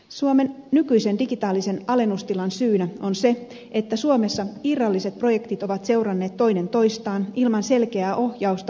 suomen nykyisen digitaalisen alennustilan syynä on se että suomessa irralliset projektit ovat seuranneet toinen toistaan ilman selkeää ohjausta ja vastuutahoa